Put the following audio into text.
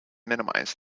minimize